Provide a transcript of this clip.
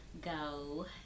go